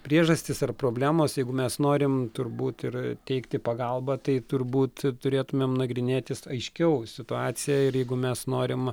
priežastys ar problemos jeigu mes norim turbūt ir teikti pagalbą tai turbūt turėtumėm nagrinėtis aiškiau situaciją ir jeigu mes norim